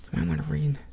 i'm going to read,